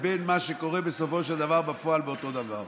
לבין מה שקורה בסופו של דבר בפועל באותו דבר.